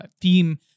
theme